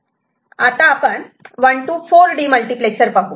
आता आपण 1 to 4 demultiplexer पाहू